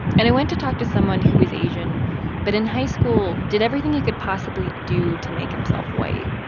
and i went to talk to someone who is asian but in high school did everything he could possibly do to make himself white,